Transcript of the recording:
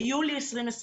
ביולי 2021